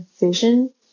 vision